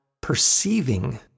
perceiving